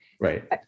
Right